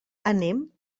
anem